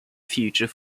future